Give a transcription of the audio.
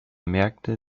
merkte